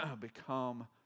become